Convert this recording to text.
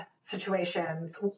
situations